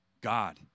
God